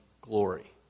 glory